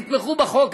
תתמכו בחוק,